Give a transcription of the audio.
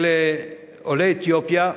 של עולי אתיופיה,